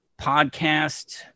podcast